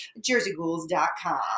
JerseyGhouls.com